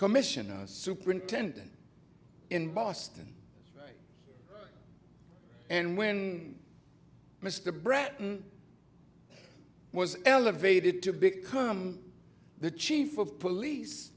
commissioner superintendent in boston and when mr breton was elevated to become the chief of police